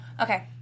Okay